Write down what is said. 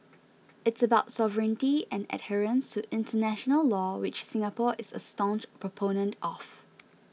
it's about sovereignty and adherence to international law which Singapore is a staunch proponent of